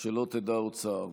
שלא תדע עוד צער.